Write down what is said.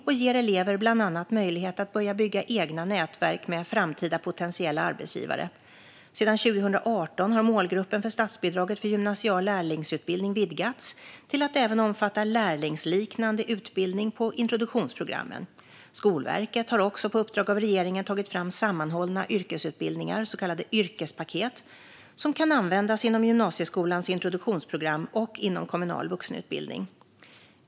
Bland annat ger det elever möjlighet att börja bygga egna nätverk med framtida potentiella arbetsgivare. Sedan 2018 har målgruppen för statsbidraget för gymnasial lärlingsutbildning vidgats till att även omfatta lärlingsliknande utbildning på introduktionsprogrammen. Skolverket har också på uppdrag av regeringen tagit fram sammanhållna yrkesutbildningar, så kallade yrkespaket, som kan användas inom gymnasieskolans introduktionsprogram och inom kommunal vuxenutbildning.